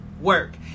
work